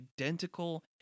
identical